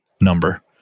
number